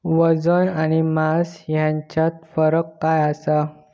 वजन आणि मास हेच्यात फरक काय आसा?